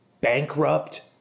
bankrupt